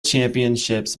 championships